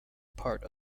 part